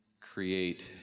create